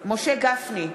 משה גפני,